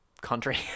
country